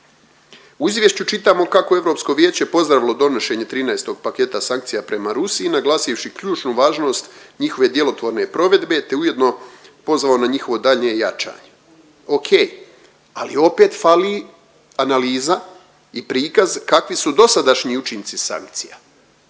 U izvješću čitamo kako je Europsko vijeće pozdravilo donošenje 13-tog paketa sankcija prema Rusiji naglasivši ključnu važnost njihove djelotvorne provedbe te ujedno pozvalo na njihovo daljnje jačanje. Ok, ali opet fali analiza i prikaz kakvi su dosadašnji učinci sankcija.